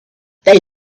they